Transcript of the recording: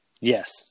Yes